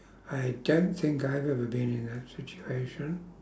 I don't think I've ever been in that situation